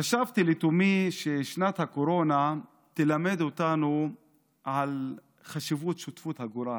חשבתי לתומי ששנת הקורונה תלמד אותנו על חשיבות שותפות הגורל,